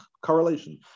correlation